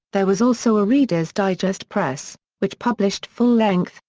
there was also a reader's digest press, which published full-length,